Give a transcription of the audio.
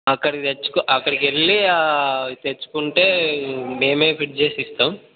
అక్కడ తెచ్చుకో అక్కడికెళ్ళి తెచ్చుకుంటే మేమే పిక్ చేసి ఇస్తాం